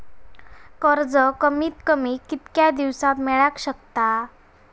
कर्ज कमीत कमी कितक्या दिवसात मेलक शकता?